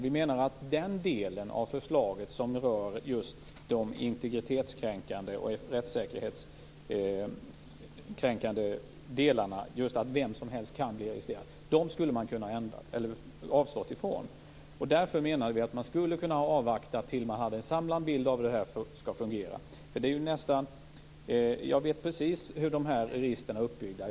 Vi menar att man skulle kunna avstå från den del av förslaget som rör just de integritetskränkande, rättssäkerhetskränkande delarna, att vem som helst kan bli registrerad. Vi menar därför att man skulle kunna avvakta tills man har en samlad bild av hur det här skall fungera. Jag vet precis hur de här registren är uppbyggda.